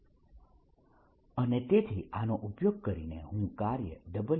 W12VrrdV r 02Vr W 012Vr2VrdV Vr2Vr